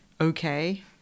okay